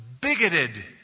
bigoted